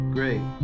Great